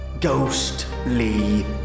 ghostly